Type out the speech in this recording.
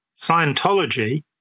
Scientology